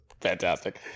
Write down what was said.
Fantastic